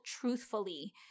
truthfully